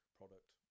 product